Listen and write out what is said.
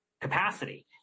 capacity